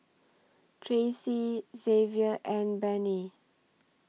Tracey Xzavier and Benny